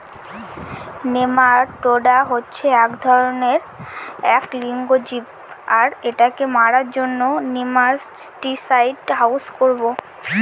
nematoda হচ্ছে এক ধরনের এক লিঙ্গ জীব আর এটাকে মারার জন্য নেমাটিসাইড ইউস করবো